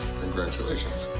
congratulations.